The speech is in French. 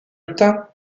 obtint